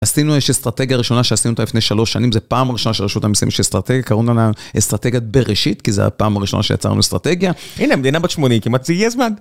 עשינו, יש אסטרטגיה ראשונה שעשינו אותה לפני שלוש שנים, זו פעם ראשונה שלרשות המיסים יש אסטרטגיה, קראנו לה אסטרטגיה בראשית, כי זו הפעם הראשונה שיצרנו אסטרטגיה. הנה, מדינה בת שמונים, כמעט זה הגיע הזמן.